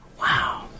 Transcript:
Wow